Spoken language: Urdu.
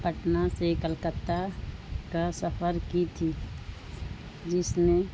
پٹنہ سے کلکتہ کا سفر کی تھی جس نے